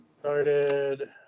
Started